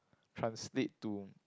translate to